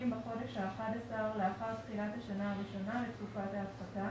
בחודש ה-11 לאחר תחילת השנה הראשונה לתקופת ההפחתה